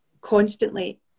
constantly